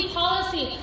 policy